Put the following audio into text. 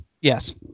yes